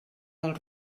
del